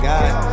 God